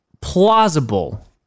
plausible